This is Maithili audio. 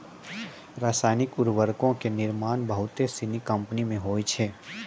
रसायनिक उर्वरको के निर्माण बहुते सिनी कंपनी मे होय छै